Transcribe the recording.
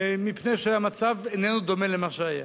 מפני שהמצב איננו דומה למה שהיה.